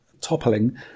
toppling